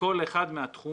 בכל אחד מהתחומים.